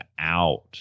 out